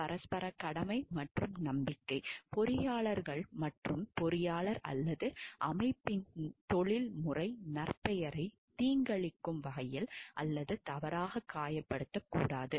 பரஸ்பர கடமை மற்றும் நம்பிக்கை பொறியியலாளர்கள் மற்றொரு பொறியாளர் அல்லது அமைப்பின் தொழில்முறை நற்பெயரை தீங்கிழைக்கும் வகையில் அல்லது தவறாக காயப்படுத்தக்கூடாது